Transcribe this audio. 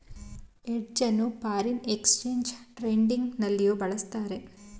hedge ಅನ್ನು foreign exchange trading ನಲ್ಲಿಯೂ ಬಳಸುತ್ತಾರೆ